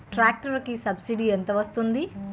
Tractor కి subsidy ఎంత వస్తుంది?